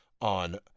on